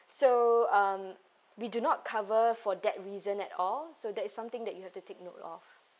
so um we do not cover for that reason at all so that is something that you have to take note of